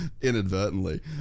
Inadvertently